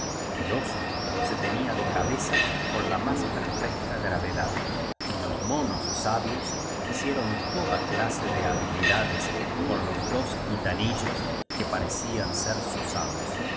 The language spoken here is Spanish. el oso se tenía de cabeza con la más perfecta gravedad y los monos sabios hicieron toda clase de habilidades con los dos gitanillos que parecían ser sus amos